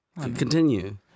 Continue